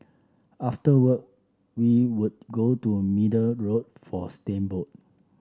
after work we would go to Middle Road for steamboat